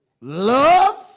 Love